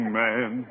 man